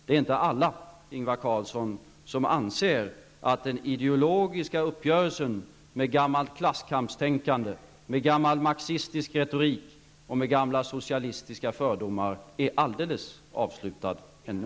Det är inte alla, Ingvar Carlsson, som anser att den ideologiska uppgörelsen med gammalt klasskampstänkande, gammal marxistisk retorik och gamla socialistiska fördomar är helt avslutad ännu.